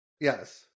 Yes